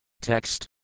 Text